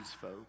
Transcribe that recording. folk